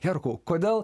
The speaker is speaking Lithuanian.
herkau kodėl